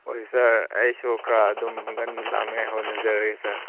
ꯍꯣꯏ ꯁꯥꯔ ꯑꯩꯁꯨ ꯈꯔ ꯑꯗꯨꯝ ꯉꯟꯅ ꯂꯥꯛꯅꯤꯡꯉꯥꯏ ꯍꯣꯠꯅꯖꯔꯒꯦ ꯁꯥꯔ